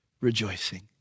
rejoicing